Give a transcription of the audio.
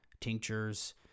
tinctures